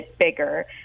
bigger